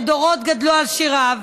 ודורות גדלו על שיריו.